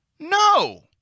no